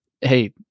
hey